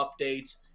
updates